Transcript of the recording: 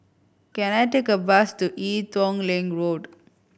can I take a bus to Ee Teow Leng Road